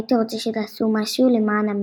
הייתי רוצה שתעשו משהו למען עמי",